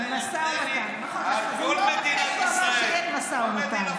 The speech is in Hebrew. נכון, ויום אחרי שהוא אמר שאין משא ומתן.